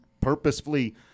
purposefully